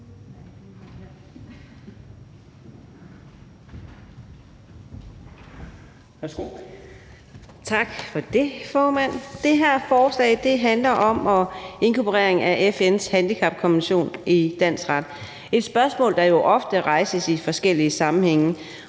Tak for det, formand. Det her forslag handler om inkorporering af FN's handicapkonvention i dansk ret, et spørgsmål, der jo ofte rejses i forskellige sammenhænge,